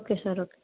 okay sir okay